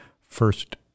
first –